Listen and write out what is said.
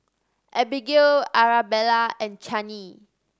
Abigail Arabella and Chanie